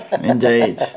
Indeed